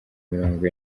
mirongo